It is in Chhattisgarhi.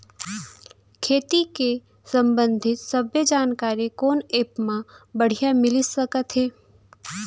खेती के संबंधित सब्बे जानकारी कोन एप मा बढ़िया मिलिस सकत हे?